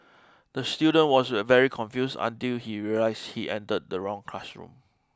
the student was very confused until he realised he entered the wrong classroom